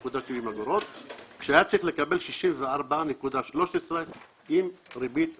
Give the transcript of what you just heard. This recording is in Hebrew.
כשהיה צריך לקבל 64.13 עם ריבית והצמדה.